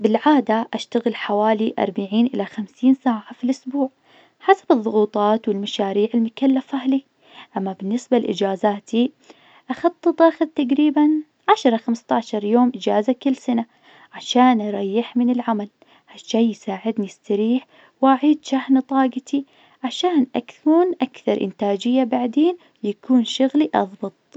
بالعادة أشتغل حوالي أربعين إلى خمسين ساعة في الأسبوع. حسب الظغوطات والمشاريع المكلفة لي. أما بالنسبة لإجازاتي أخدت تاخذ تقريبا عشرة لخمسة عشر يوم إجازة كل سنة. عشان أريح من العمل. ها الشي يساعدني أستريح وأعيد شحن طاقتي عشان أكون أكثر إنتاجية بعدين ويكون شغلي أظبط.